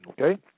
Okay